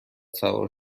سوار